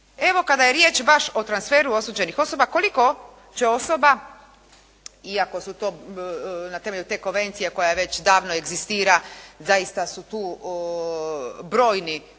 Evo kada je riječ baš o transferu osuđenih osoba, koliko će osoba, iako su to na temelju te konvencije koja već davno egzistira, zaista su tu brojni